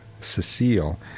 Cecile